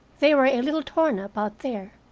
they were a little torn up out there,